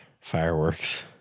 fireworks